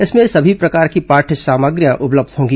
इसमें सभी प्रकार की पाठ्य सामग्रियां उपलब्ध होंगी